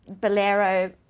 bolero